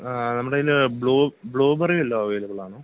ആ നമ്മുടെ കയ്യിൽ ബ്ലൂ ബ്ലൂബറി വല്ലതും അവൈലബിളാണോ